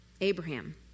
Abraham